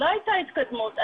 לא הייתה התקדמות.